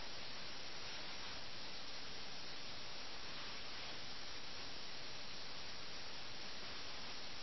ഒഴികഴിവുകൾ പറയരുത് ചെസ്സ് കളിയിൽ നിന്ന് രക്ഷപ്പെടാൻ ഈ കുതന്ത്രങ്ങൾ ഉപയോഗിക്കരുത് എന്ന് അദ്ദേഹം പറയുന്നു